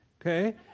okay